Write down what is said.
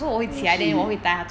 oh shit